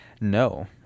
No